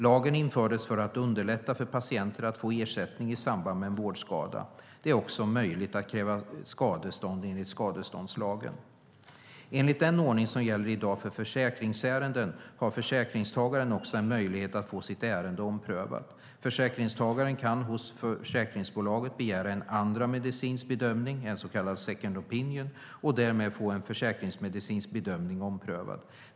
Lagen infördes för att underlätta för patienter att få ersättning i samband med en vårdskada. Det är även möjligt att kräva skadestånd enligt skadeståndslagen. Enligt den ordning som gäller i dag för försäkringsärenden har försäkringstagaren möjlighet att få sitt ärende omprövat. Försäkringstagaren kan hos försäkringsbolaget begära en andra medicinsk bedömning, en så kallad second opinion, och därmed få en försäkringsmedicinsk bedömning omprövad.